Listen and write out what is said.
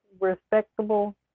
respectable